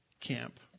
camp